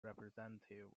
representative